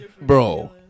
bro